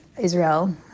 Israel